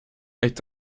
est